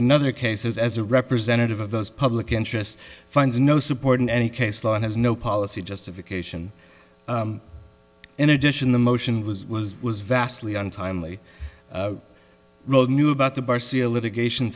another cases as a representative of those public interest finds no support in any case law and has no policy justification in addition the motion was was was vastly untimely roald knew about the bar see a litigation